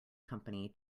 company